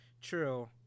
true